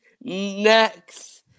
next